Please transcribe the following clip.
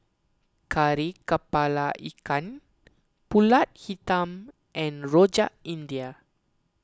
Kari Kepala Ikan Pulut Hitam and Rojak India